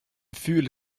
ful